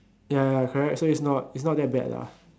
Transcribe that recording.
ya correct so it's not it's not that bad lah